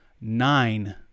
nine